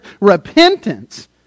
repentance